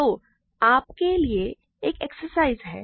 तो यह आपके लिए एक एक्सरसाइज है